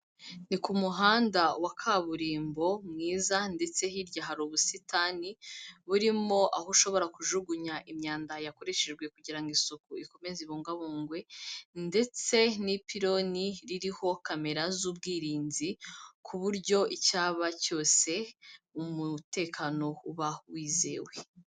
Ni ku muhanda wa kaburimbo mwiza ndetse hirya hari ubusitani, burimo aho ushobora kujugunya imyanda yakoreshejwe kugirango isuku ikomeze ibungabungwe ndetse n'ipiloni ririho kamera z'ubwirinzi, ku buryo icyaba cyose umutekano uba wizewe.